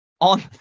on